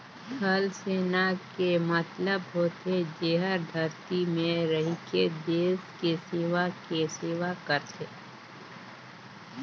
थलसेना के मतलब होथे जेहर धरती में रहिके देस के सेवा के सेवा करथे